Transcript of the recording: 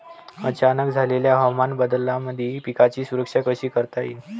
अचानक झालेल्या हवामान बदलामंदी पिकाची सुरक्षा कशी करता येईन?